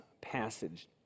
passage